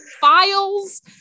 files